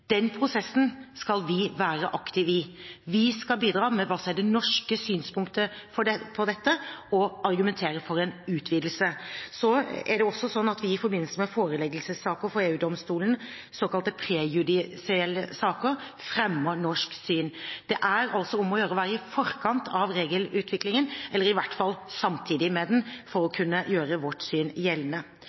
Den skal evalueres innen 2019. Den prosessen skal vi være aktive i. Vi skal bidra med hva som er det norske synspunktet på dette, og argumentere for en utvidelse. Det er sånn at vi i forbindelse med foreleggelsessaker for EØS-domstolen, såkalte prejudisielle saker, fremmer norsk syn. Det er om å gjøre å være i forkant av regelutviklingen, eller i hvert fall samtidig med den, for å kunne gjøre vårt syn gjeldende.